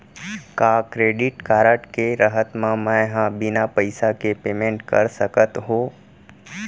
का credit card के रहत म, मैं ह बिना पइसा के पेमेंट कर सकत हो?